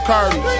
Cardi